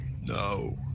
No